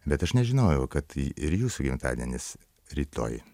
bet aš nežinojau kad ir jūsų gimtadienis rytoj